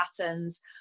patterns